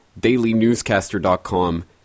DailyNewscaster.com